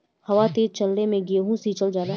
हवा तेज चलले मै गेहू सिचल जाला?